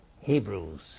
Hebrews